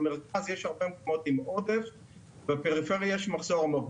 במרכז יש הרבה מקומות עם עודף; בפריפריה יש מחסור עמוק.